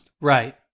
Right